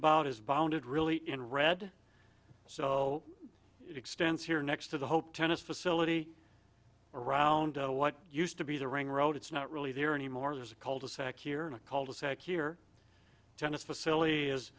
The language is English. about is bounded really in red so it extends here next to the hope tennis facility around what used to be the ring road it's not really there anymore there's a cul de sac here in a cul de sac here tennis facility is